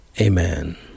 Amen